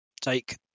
take